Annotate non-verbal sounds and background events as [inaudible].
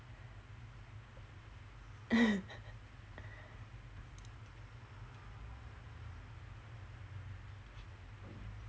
[laughs]